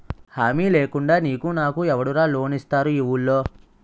హామీ లేకుండా నీకు నాకు ఎవడురా లోన్ ఇస్తారు ఈ వూళ్ళో?